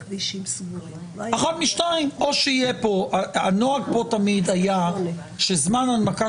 אחת משתיים: הנוהג פה תמיד היה שזמן הנמקה